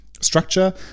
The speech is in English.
structure